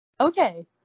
Okay